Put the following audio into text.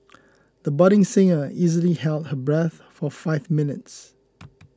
the budding singer easily held her breath for five minutes